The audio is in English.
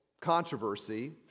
controversy